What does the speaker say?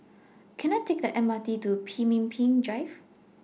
Can I Take The M R T to Pemimpin Drive